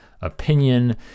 opinion